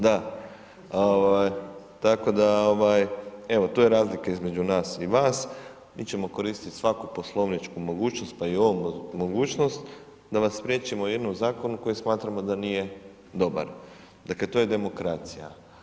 Da, ovaj tako da ovaj evo tu je razlika između nas i vas, mi ćemo koristit svaku poslovničku mogućnost pa i ovu mogućnost da vas spriječimo u jednom zakonu koji smatramo da nije dobar, dakle to je demokracija.